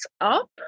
up